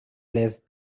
less